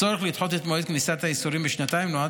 הצורך לדחות את מועד כניסת האיסורים בשנתיים נועד